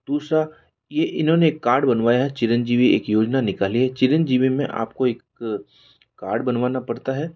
दूसरा ये इन्होंने एक कार्ड बनवाया है चिरंजीवी एक योजना निकाली है चिरंजीवी में आप को एक कार्ड बनवाना पड़ता है